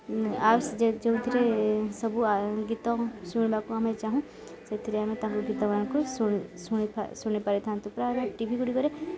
ଆଉ ଯେଉଁଥିରେ ସବୁ ଗୀତ ଶୁଣିବାକୁ ଆମେ ଚାହୁଁ ସେଥିରେ ଆମେ ତାଙ୍କ ଗୀତମାନଙ୍କୁ ଶୁ ଶୁଣି ଶୁଣି ପାରିଥାନ୍ତୁ ପ୍ରାୟ ଆମେ ଟି ଭି ଗୁଡ଼ିକରେ